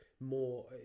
more